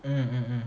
mm mm mm